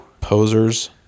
Posers